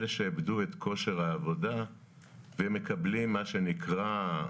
אלה שאיבדו את כושר העבודה והם מקבלים מה שנקרא,